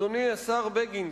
אדוני השר בגין,